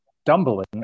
stumbling